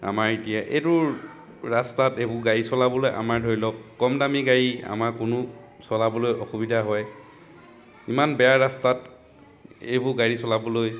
আমাৰ এতিয়া এইটোৰ ৰাস্তাত এইবোৰ গাড়ী চলাবলৈ আমাৰ ধৰি লওক কম দামী গাড়ী আমাৰ কোনো চলাবলৈ অসুবিধা হয় ইমান বেয়া ৰাস্তাত এইবোৰ গাড়ী চলাবলৈ